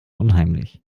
unheimlich